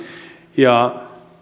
ja